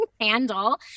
handle